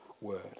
Word